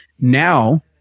Now